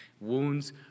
Wounds